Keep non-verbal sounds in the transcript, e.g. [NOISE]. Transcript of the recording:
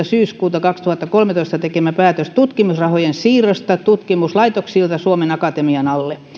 [UNINTELLIGIBLE] syyskuuta kaksituhattakolmetoista tekemä päätös tutkimusrahojen siirrosta tutkimuslaitoksilta suomen akatemian alle